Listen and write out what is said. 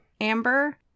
amber